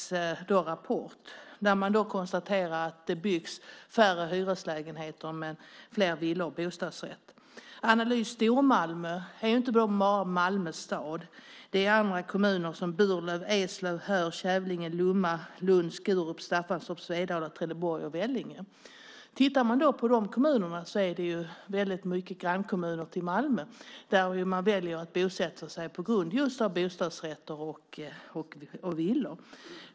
I sin rapport konstaterar de att det byggs färre hyreslägenheter och fler villor och bostadsrätter. Stormalmö omfattar inte bara Malmö stad. Det omfattar även kommuner som Burlöv, Eslöv, Höör, Kävlinge, Lomma, Lund, Skurup, Staffanstorp, Svedala, Trelleborg och Vellinge, alltså i stor utsträckning grannkommuner till Malmö. Folk väljer att bosätta sig i de kommunerna just för att där finns bostadsrätter och villor.